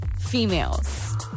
females